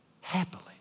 happily